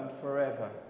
forever